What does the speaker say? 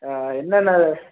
ஆ என்னென்ன